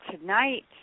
tonight